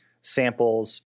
samples